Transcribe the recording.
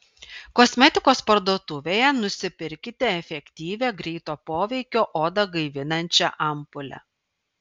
kosmetikos parduotuvėje nusipirkite efektyvią greito poveikio odą gaivinančią ampulę